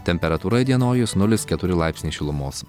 temperatūra įdienojus nulis keturi laipsniai šilumos